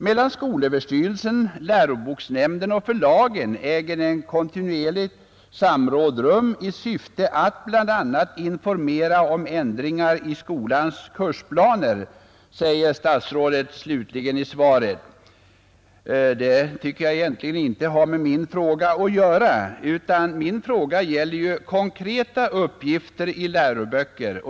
”Mellan skolöverstyrelsen, läroboksnämnden och förlagen äger ett kontinuerligt samråd rum i syfte att bl.a. informera om förändringarna i skolans kursplaner”, säger statsrådet slutligen i svaret. Det tycker jag egentligen inte har med min fråga att göra. Den gäller ju konkreta uppgifter i läroböcker.